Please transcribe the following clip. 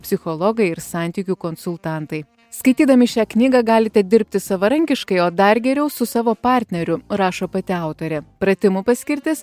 psichologai ir santykių konsultantai skaitydami šią knygą galite dirbti savarankiškai o dar geriau su savo partneriu rašo pati autorė pratimų paskirtis